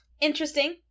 interesting